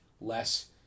less